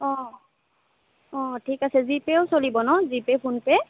অঁ অঁ অঁ ঠিক আছে জিপেও চলিব ন জিপে ফোন পে